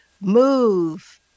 move